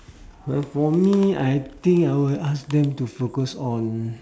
well for me I think I will ask them to focus on